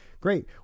Great